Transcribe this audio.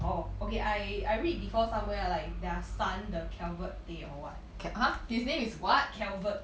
oh okay I I read before somewhere ah like their son the Calvert Tay or what Calvert